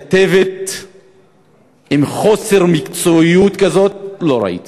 כתבת חסרת מקצועיות כזאת לא ראיתי